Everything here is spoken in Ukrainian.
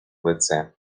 лице